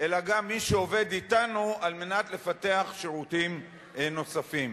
אלא גם מי שעובד אתנו לפתח שירותים נוספים.